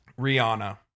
Rihanna